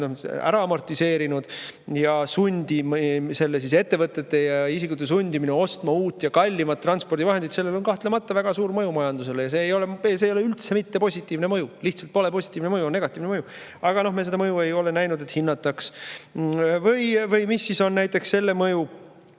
ära amortiseerinud, ja ettevõtete ja isikute sundimine ostma uut ja kallimat transpordivahendit – sellel on kahtlemata väga suur mõju majandusele. Ja see ei ole üldse mitte positiivne mõju. Lihtsalt pole positiivne mõju, on negatiivne mõju! Aga me ei ole näinud, et seda mõju hinnataks. Või mis on näiteks selle mõju,